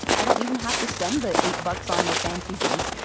i don't even have to spend the eight bucks on the fancy drink.